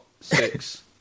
six